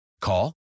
Call